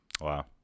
wow